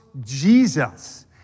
Jesus